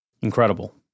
Incredible